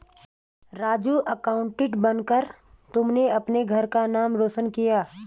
Raju accountant बनकर तुमने अपने घर का नाम रोशन किया है